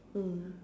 mm